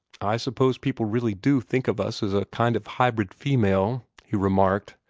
i suppose people really do think of us as a kind of hybrid female, he remarked.